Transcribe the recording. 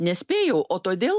nespėjau o todėl